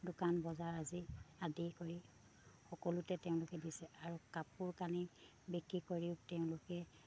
দোকান বজাৰ আজি আদি কৰি সকলোতে তেওঁলোকে দিছে আৰু কাপোৰ কানি বিক্ৰী কৰিও তেওঁলোকে